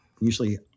usually